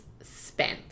spent